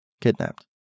Kidnapped